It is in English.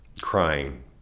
crying